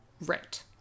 Right